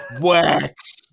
Wax